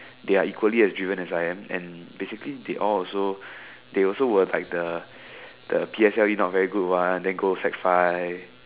they are equally as driven as I am and basically they all also they also were like the the P_S_L_E not very good one then go sec five